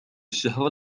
الشهر